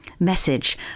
message